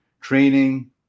training